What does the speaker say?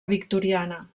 victoriana